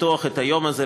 לפתוח את היום הזה,